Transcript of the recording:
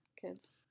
kids